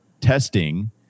testing